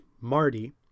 Marty